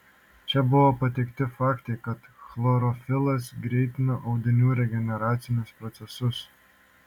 čia buvo pateikti faktai kad chlorofilas greitina audinių regeneracinius procesus